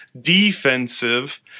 defensive